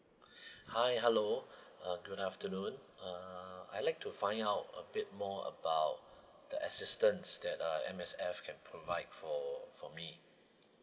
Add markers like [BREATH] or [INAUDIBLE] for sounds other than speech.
[BREATH] hi hello uh good afternoon uh I'd like to find out a bit more about the assistance that uh M_S_F can provide for for me